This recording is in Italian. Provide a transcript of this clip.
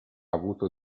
avuto